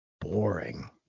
boring